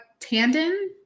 Tandon